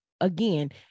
again